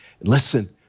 Listen